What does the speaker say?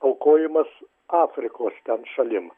aukojimas afrikos ten šalim